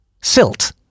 silt